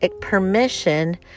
permission